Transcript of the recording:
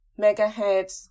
megahertz